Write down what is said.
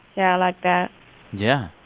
yeah, i like that yeah,